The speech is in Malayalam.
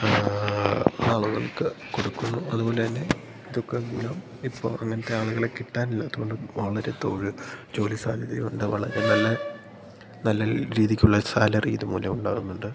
ആ ആളുകൾക്ക് കൊടുക്കുന്നു അതു പോലെ തന്നെ ഇതൊക്കെ മൂലം ഇപ്പോൾ അങ്ങനത്തെ ആളുകളെ കിട്ടാനില്ലാത്തതു കൊണ്ട് വളരെ തൊഴുത് ജോലി സാധ്യതയുണ്ടാകാനുള്ള നല്ല നല്ല രീതിക്കുള്ള സാലറി ഇത് മൂലം ഉണ്ടാകുന്നുണ്ട്